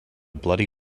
bloody